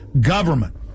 government